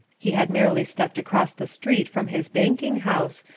he had merely stepped across the street from his banking-house,